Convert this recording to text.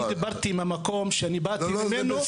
אני דיברתי על המקום שבאתי ממנו,